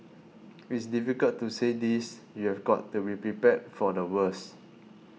it's difficult to say this you've got to be prepared for the worst